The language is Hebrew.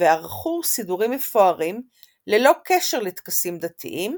וערכו סידורים מפוארים, ללא קשר לטקסים דתיים,